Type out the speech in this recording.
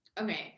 Okay